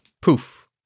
Poof